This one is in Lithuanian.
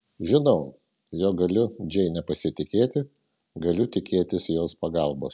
žinau jog galiu džeine pasitikėti galiu tikėtis jos pagalbos